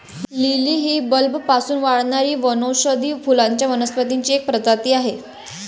lily ही बल्बपासून वाढणारी वनौषधी फुलांच्या वनस्पतींची एक प्रजाती आहे